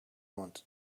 wanted